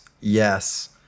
yes